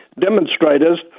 Demonstrators